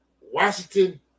Washington